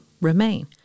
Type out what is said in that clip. remain